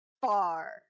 far